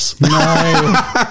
No